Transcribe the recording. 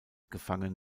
gefangen